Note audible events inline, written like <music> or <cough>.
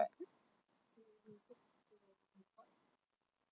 <noise>